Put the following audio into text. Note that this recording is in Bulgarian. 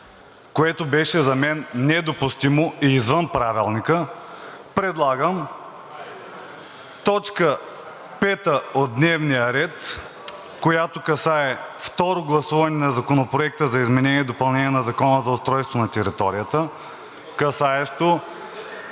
което беше за мен недопустимо и извън Правилника, предлагам точка пета от дневния ред, която касае второ гласуване на Законопроекта за изменение и допълнение на Закона за устройство на територията, касаещо